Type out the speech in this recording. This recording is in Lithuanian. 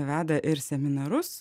veda ir seminarus